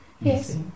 Yes